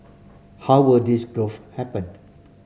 how will this growth happened